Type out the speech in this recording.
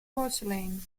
porcelain